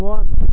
بۄن